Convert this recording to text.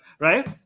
Right